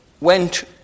went